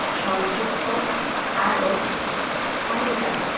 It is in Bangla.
সংযুক্ত আরব আমিরাত